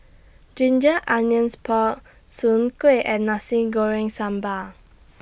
Ginger Onions Pork Soon Kueh and Nasi Goreng Sambal